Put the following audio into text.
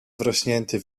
wrośnięty